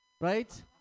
right